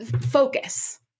focus